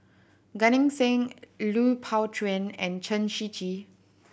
Gan Eng Seng Lui Pao Chuen and Chen Shiji